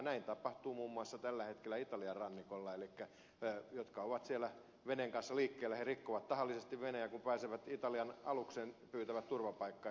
näin tapahtuu muun muassa tällä hetkellä italian rannikolla elikkä ne jotka ovat siellä veneen kanssa liikkeellä rikkovat tahallisesti veneen ja kun pääsevät italian alukseen pyytävät turvapaikkaa